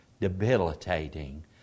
debilitating